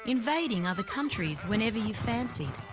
invading other countries whenever you fancied.